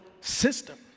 system